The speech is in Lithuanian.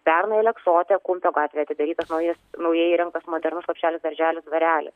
pernai aleksote kumpio gatvėje atidarytas naujas naujai įrengtas modernus lopšelis darželis dvarelis